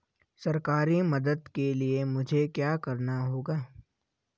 सरकारी मदद के लिए मुझे क्या करना होगा?